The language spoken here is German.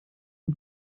vom